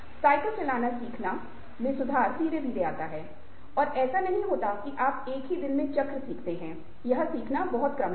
cycle चलाना सीखना मे सुधार धीरे धीरे आता है ऐसा नहीं होता है कि आप एक ही दिन में चक्र सीखते हैं यह सीखना बहुत क्रमिक है